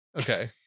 Okay